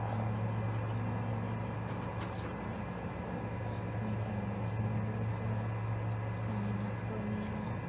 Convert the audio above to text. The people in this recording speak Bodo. आंनि गासैबो बेबादिनो संनायफोरखौ मोजां मोनजोबो बयबो जोंनि न'खरनिया